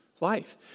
life